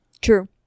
True